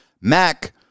Mac